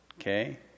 Okay